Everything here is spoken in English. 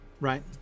right